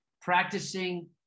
practicing